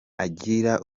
agira